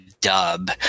dub